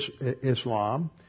Islam